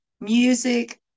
music